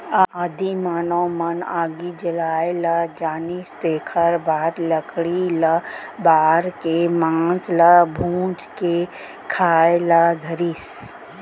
आदिम मानव मन आगी जलाए ले जानिस तेखर बाद लकड़ी ल बार के मांस ल भूंज के खाए ल धरिस